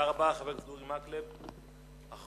חבר הכנסת אורי מקלב, תודה רבה.